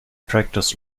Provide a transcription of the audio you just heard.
practiced